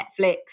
Netflix